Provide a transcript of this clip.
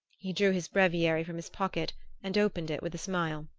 he drew his breviary from his pocket and opened it with a smile.